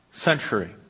century